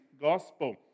gospel